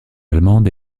allemande